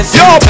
yo